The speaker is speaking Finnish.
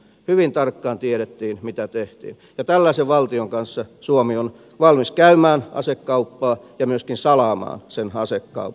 hyvin tarkkaan tiedettiin mitä tehtiin ja tällaisen valtion kanssa suomi on valmis käymään asekauppaa ja myöskin salaamaan sen asekaupan